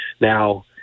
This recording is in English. Now